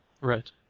Right